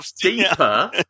deeper